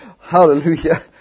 Hallelujah